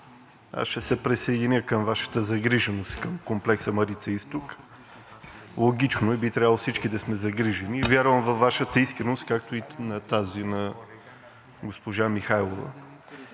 ще се присъединя към Вашата загриженост към комплекса „Марица изток“. Логично е, би трябвало всички да сме загрижени и вярвам във Вашата искреност, както и тази на госпожа Михайлова.